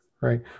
Right